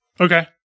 Okay